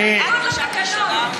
בניגוד לתקנון.